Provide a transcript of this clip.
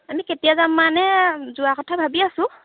আমি কেতিয়া যাম মানে যোৱা কথা ভাবি আছো